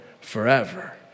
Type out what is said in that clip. forever